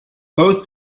both